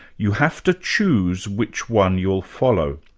you have to choose which one you will follow.